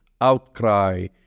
outcry